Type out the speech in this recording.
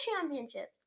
championships